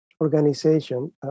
organization